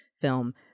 film